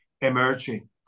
emerging